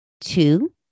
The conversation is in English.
Two